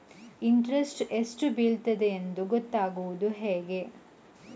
Interest ಎಷ್ಟು ಬೀಳ್ತದೆಯೆಂದು ಗೊತ್ತಾಗೂದು ಹೇಗೆ?